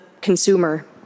consumer